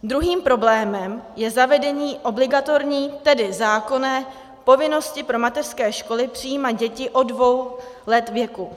Druhým problémem je zavedení obligatorní, tedy zákonné, povinnosti pro mateřské školy přijímat děti od dvou let věku.